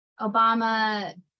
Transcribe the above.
Obama